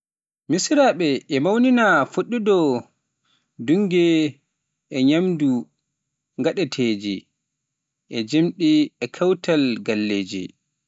Misranaaɓe ina mawnina fuɗɗoode ndunngu e ñaamduuji gaadanteeji, e jimɗi, e kawral galleeji.